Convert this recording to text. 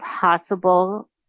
possible